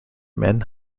men